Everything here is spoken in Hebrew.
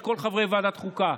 את כל חברי ועדת חוקה,